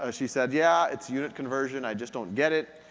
ah she said yeah, it's unit conversion, i just don't get it.